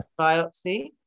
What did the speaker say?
biopsy